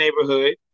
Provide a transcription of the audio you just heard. neighborhood